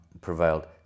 prevailed